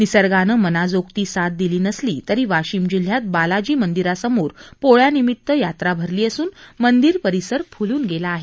निसर्गानं मनाजोगती साथ दिली नसली तरी वाशिम जिल्ह्यात बालाजी मंदिरासमोर पोळ्यानिमित्त यात्रा भरली असून मंदीर परिसर फुलून गेला आहे